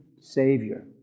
Savior